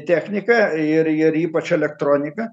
techniką ir ir ypač elektroniką